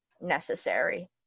necessary